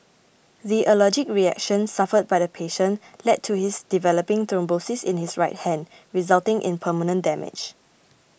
the allergic reaction suffered by the patient led to his developing thrombosis in his right hand resulting in permanent damage